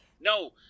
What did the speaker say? No